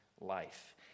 life